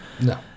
No